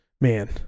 man